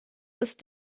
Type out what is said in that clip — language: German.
ist